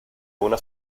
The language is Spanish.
una